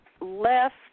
left